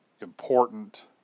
important